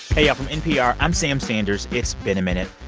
hey, y'all. from npr, i'm sam sanders. it's been a minute.